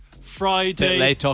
Friday